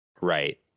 Right